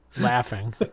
Laughing